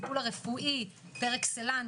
הטיפול הרפואי פר אקסלנס